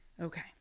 Okay